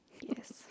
Yes